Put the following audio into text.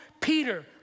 Peter